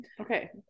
Okay